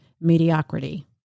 mediocrity